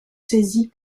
saisis